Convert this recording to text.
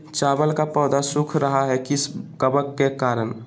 चावल का पौधा सुख रहा है किस कबक के करण?